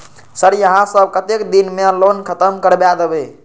Sir यहाँ सब कतेक दिन में लोन खत्म करबाए देबे?